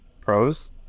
pros